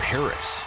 Paris